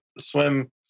swim